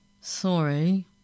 Sorry